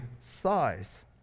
size